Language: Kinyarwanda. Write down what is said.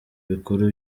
bikuru